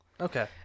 Okay